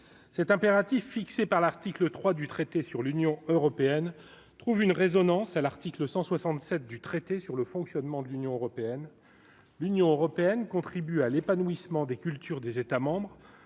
cet impératif fixé par l'article 3 du traité sur l'Union européenne trouve une résonance à l'article 167 du traité sur le fonctionnement de l'Union européenne, l'Union européenne contribue à l'épanouissement des cultures des États membres